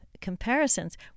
comparisons